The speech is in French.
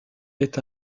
est